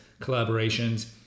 collaborations